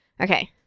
Okay